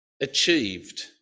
achieved